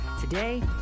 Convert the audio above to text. Today